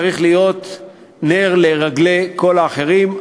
צריך להיות נר לרגלי כל האחרים.